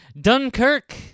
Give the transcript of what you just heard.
Dunkirk